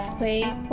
we